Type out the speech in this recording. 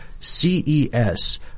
CES